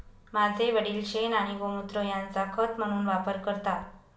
माझे वडील शेण आणि गोमुत्र यांचा खत म्हणून वापर करतात